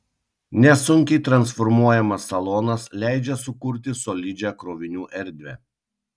nesunkiai transformuojamas salonas leidžia sukurti solidžią krovinių erdvę